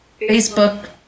Facebook